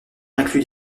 inclut